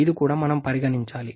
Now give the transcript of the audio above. ఇది కూడా మనం పరిగణించాలి